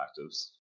actives